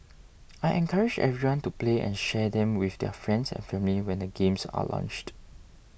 I encourage everyone to play and share them with their friends and family when the games are launched